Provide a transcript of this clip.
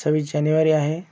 सव्वीस जानेवारी आहे